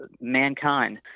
mankind